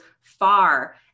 far